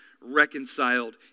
reconciled